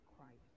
Christ